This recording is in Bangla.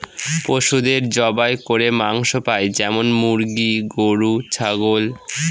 পশুদের জবাই করে মাংস পাই যেমন মুরগি, গরু, ছাগল